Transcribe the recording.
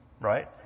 right